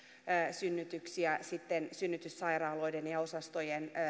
synnytyksiä sitten synnytyssairaaloiden ja osastojen